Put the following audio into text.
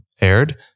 aired